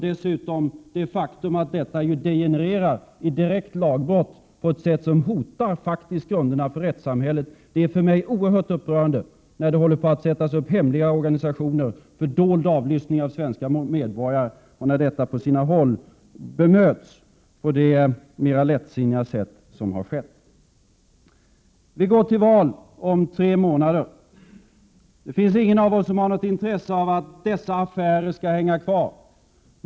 Dessutom har vi det faktum att detta degenererat i ett direkt lagbrott på ett sätt som faktiskt hotar grunderna för rättssamhället. Det är för mig oerhört upprörande när man håller på att skapa hemliga organisationer för dold avlyssning av svenska medborgare och när detta på sina håll bemöts mer eller mindre lättsinnigt. Vi går till val om tre månader. Ingen av oss har något intresse av att dessa affärer hänger kvar.